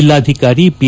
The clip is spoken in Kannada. ಜಿಲ್ಲಾಧಿಕಾರಿ ಪಿ